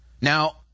Now